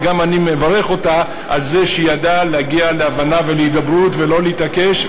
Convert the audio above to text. וגם מברך אותה על זה שהיא ידעה להגיע להבנה ולהידברות ולא להתעקש,